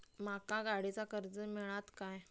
माका गाडीचा कर्ज मिळात काय?